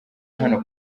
hano